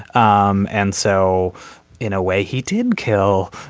um and so in a way he did kill.